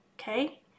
Okay